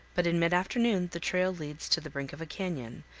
but in mid-afternoon the trail leads to the brink of a canyon,